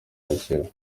arakira